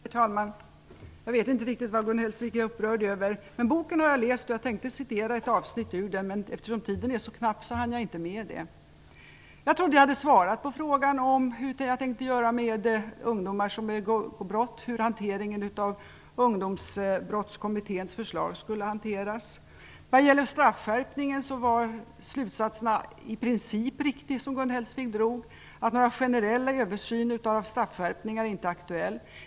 Herr talman! Jag vet inte riktigt vad Gun Hellsvik är upprörd över. Jag har dock läst boken, och jag tänkte citera ett avsnitt ur den, men eftersom tiden är så knapp hann jag inte med det. Jag trodde att jag hade svarat på frågan om vad jag hade tänkt göra med ungdomar som begår brott och hur Ungdomsbrottskommitténs förslag skulle hanteras. När det gäller straffskärpning var de slutsatser som Gun Hellsvik redogjorde för i princip riktiga, att några generella översyner av straffskärpningar inte var aktuella.